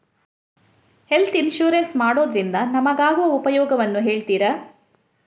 Health insurance ಮಾಡೋದ್ರಿಂದ ನಮಗಾಗುವ ಉಪಯೋಗವನ್ನು ಹೇಳ್ತೀರಾ?